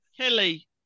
Kelly